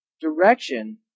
direction